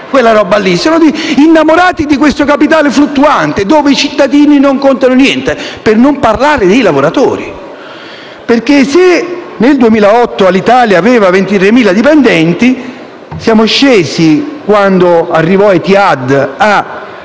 e si sono innamorati di questo capitale fluttuante, dove i cittadini non contano niente. Per non parlare dei lavoratori: se nel 2008 Alitalia aveva 23.000 dipendenti, siamo scesi, quando arrivò Etihad, a